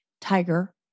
Tiger